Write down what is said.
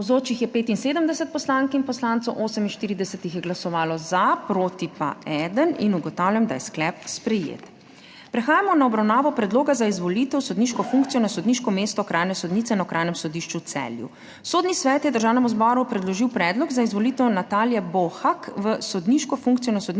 Navzočih je 75 poslank in poslancev, 48 jih je glasovalo za, proti pa eden. (Za je glasovalo 48.) (Proti 1.) Ugotavljam, da je sklep sprejet. Prehajamo na obravnavo Predloga za izvolitev v sodniško funkcijo na sodniško mesto okrajne sodnice na Okrajnem sodišču v Celju. Sodni svet je Državnemu zboru predložil predlog za izvolitev Natalije Bohak v sodniško funkcijo na sodniško